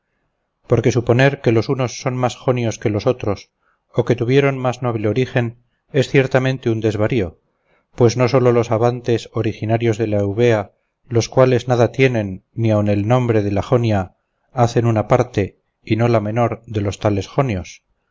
porque suponer que los unos son más jonios que los otros o que tuvieron más noble origen es ciertamente un desvarío pues no sólo los abantes originarios de la eubea los cuales nada tienen ni aun el nombre de la jonia hacen una parte y no la menor de los tales jonios